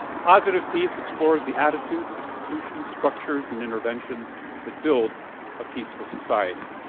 positive peace explores the attitudes, institutions, structures, and interventions that build a peaceful society.